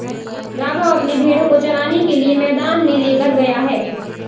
राघव अपने भेड़ों को चराने के लिए मैदान में लेकर गया है